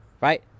right